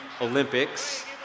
Olympics